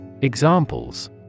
Examples